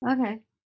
Okay